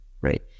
right